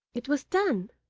it was done!